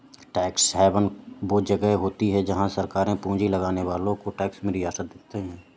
tax haven वो जगह होती हैं जहाँ सरकारे पूँजी लगाने वालो को टैक्स में रियायत देती हैं